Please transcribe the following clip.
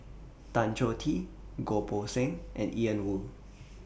Tan Choh Tee Goh Poh Seng and Ian Woo